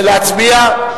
להצביע?